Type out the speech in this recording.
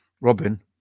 Robin